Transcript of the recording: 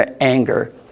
anger